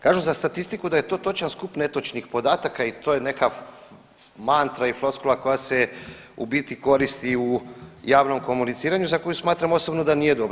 Kažu za statistiku da je to točan skup netočnih podataka i to neka mantra i floskula koja se u biti koristi u javnom komuniciranju za koju smatram osobno da nije dobra.